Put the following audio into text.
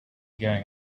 going